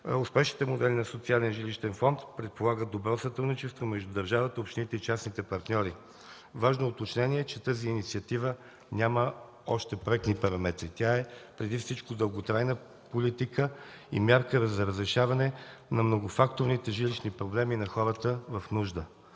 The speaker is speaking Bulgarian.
Успешните модели на социален жилищен фонд предполагат добро сътрудничество между държавата, общините и частните партньори. Важно уточнение е, че тази инициатива още няма проектни параметри – тя е преди всичко дълготрайна политика и мярка за разрешаване на многофакторните жилищни проблеми на хората в нужда.